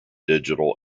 digital